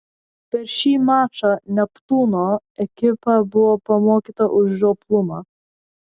per šį mačą neptūno ekipa buvo pamokyta už žioplumą